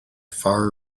far